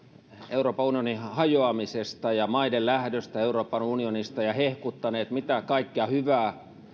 euroopan unionin hajoamisesta ja maiden lähdöstä euroopan unionista ja hehkuttaneet mitä kaikkea hyvää